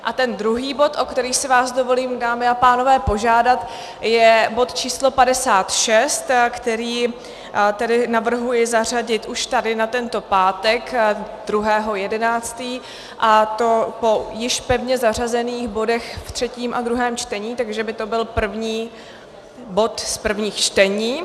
A ten druhý bod, o který si vás dovolím, dámy a pánové, požádat, je bod číslo 56, který tedy navrhuji zařadit už tady na tento pátek, 2. 11., a to po již pevně zařazených bodech v třetím a druhém čtení, takže by to byl první bod z prvních čtení.